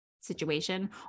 Situation